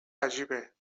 عجیبه